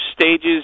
stages